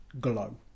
Glow